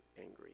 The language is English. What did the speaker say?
angry